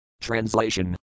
Translation